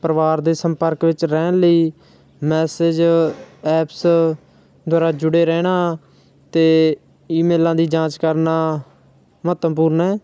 ਪਰਿਵਾਰ ਦੇ ਸੰਪਰਕ ਵਿੱਚ ਰਹਿਣ ਲਈ ਮੈਸੇਜ ਐਪਸ ਦੁਆਰਾ ਜੁੜੇ ਰਹਿਣਾ ਅਤੇ ਈਮੇਲਾਂ ਦੀ ਜਾਂਚ ਕਰਨਾ ਮਹੱਤਵਪੂਰਨ ਹੈ